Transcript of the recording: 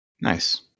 Nice